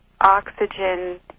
oxygen